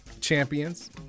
champions